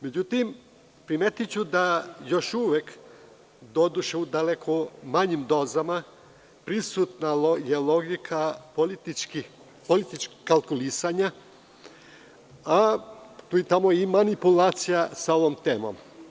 Međutim, primetiću da je još uvek, doduše u daleko manjim dozama, prisutna logika političkog kalkulisanja i manipulacija sa ovim telom.